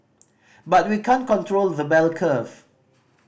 but we can't control the bell curve